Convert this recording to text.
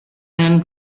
and